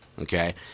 Okay